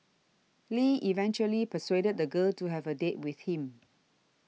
Lee eventually persuaded the girl to have a date with him